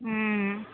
হুম